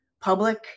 public